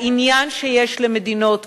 העניין שיש למדינות כהודו,